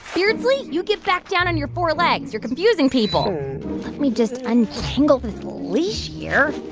beardsley, you get back down on your four legs. you're confusing people. let me just untangle this leash here.